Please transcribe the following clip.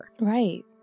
right